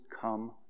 come